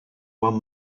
one